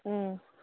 ꯎꯝ